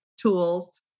tools